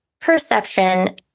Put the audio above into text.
perception